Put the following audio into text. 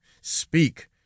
speak